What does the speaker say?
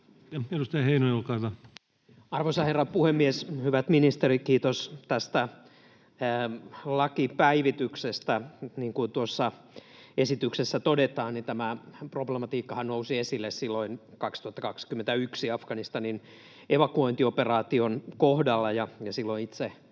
Edustaja Heinonen, olkaa hyvä. Arvoisa herra puhemies! Hyvät ministerit! Kiitos tästä lakipäivityksestä. Niin kuin tuossa esityksessä todetaan, tämä problematiikkahan nousi esille silloin 2021 Afganistanin evakuointioperaation kohdalla, ja silloin ainakin